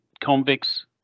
Convicts